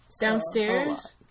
downstairs